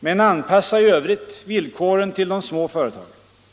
Men anpassa i övrigt villkoren till de små företagen!